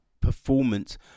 performance